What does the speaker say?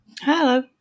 Hello